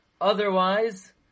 Otherwise